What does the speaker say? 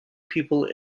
people